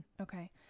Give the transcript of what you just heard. Okay